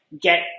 get